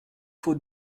faut